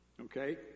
Okay